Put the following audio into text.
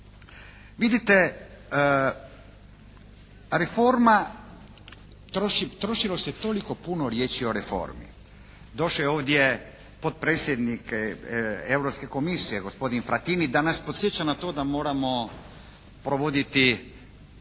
Vidite reforma, trošilo se toliko puno riječi o reformi, došao je ovdje potpredsjednik Europske komisije, gospodin Fratini da nas podsjeća na to da moramo provoditi